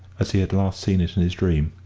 as he had last seen it in his dream.